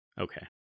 Okay